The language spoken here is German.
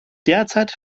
derzeit